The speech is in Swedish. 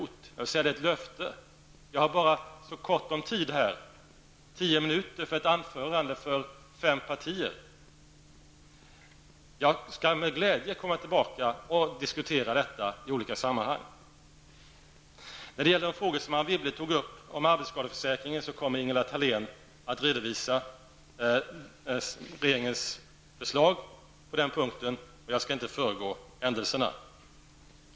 Jag vill säga att det är ett löfte. Jag har bara så kort om tid här -- tio minuter för att bemöta fem partier. Jag skall med glädje komma tillbaka och diskutera era alternativ i olika sammanhang. När det gäller de frågor Anne Wibble tog upp om arbetsskadeförsäkringen, kommer Ingela Thalén att redovisa regeringens förslag, och jag skall inte föregå händelserna.